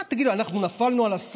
מה, תגידו לי, אנחנו נפלנו על השכל?